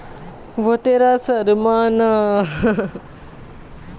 এই স্কিমটার অনুযায়ী কৃষিকাজের পরিকাঠামোর উন্নতির জন্যে এক কোটি টাকা অব্দি তহবিল পাওয়া যাবে